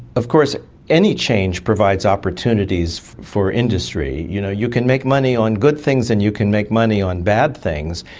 of course any change provides opportunities for industry. you know, you can make money on good things and you can make money on bad things,